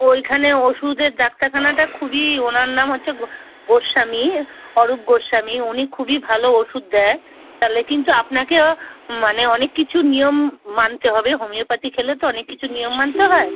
ওইখানে ওষুধের ডাক্তারখানাটা খুবই ওনার নাম হচ্ছে গো গোস্বামী অরুপ গোস্বামী উনি খুবই ভালো ওষুধ দেয় তালে কিন্তু আপনাকে মানে অনেক কিছু নিয়ম মানতে হবে হোমিওপ্যাথি খেলে তো অনেক কিছু নিয়ম মানতে হয়